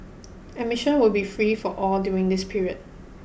admission will be free for all during this period